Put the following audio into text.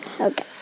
Okay